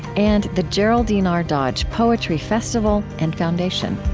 and the geraldine r. dodge poetry festival and foundation